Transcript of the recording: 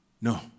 No